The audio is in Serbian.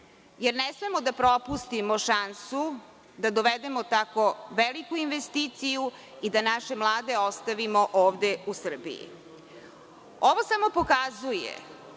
Ne smemo da propustimo šansu da dovedemo tako veliku investiciju i da naše mlade ostavimo ovde u Srbiji. Ovo samo pokazuje